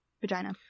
vagina